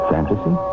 Fantasy